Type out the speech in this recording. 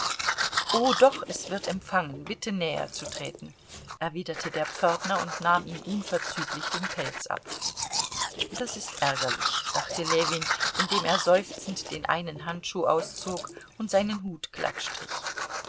o doch es wird empfangen bitte näher zu treten erwiderte der pförtner und nahm ihm unverzüglich den pelz ab das ist ärgerlich dachte ljewin indem er seufzend den einen handschuh auszog und seinen hut